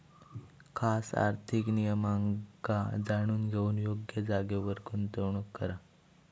खास आर्थिक नियमांका जाणून घेऊन योग्य जागेर गुंतवणूक करा